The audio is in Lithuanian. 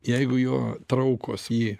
jeigu jo traukos jį